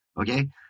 okay